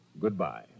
Goodbye